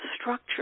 structure